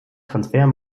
transfer